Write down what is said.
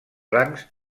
rangs